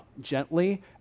Gently